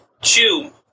chew